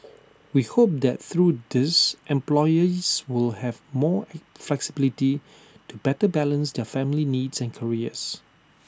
we hope that through these employees will have more flexibility to better balance their family needs and careers